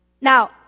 now